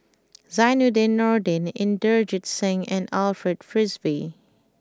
Zainudin Nordin Inderjit Singh and Alfred Frisby